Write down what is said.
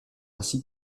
ainsi